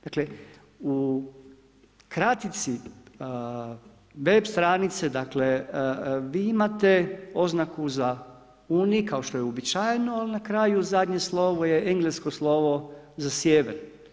Dakle, u kratici web stranice vi imate oznaku za uni kao što je uobičajeno, ali na kraju zadnje slovo je englesko slovo za sjever.